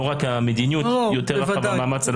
לא רק המדיניות, יותר המאמץ הלוגיסטי.